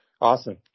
Awesome